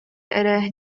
эрэ